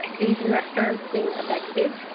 ah asian restaurants being affected,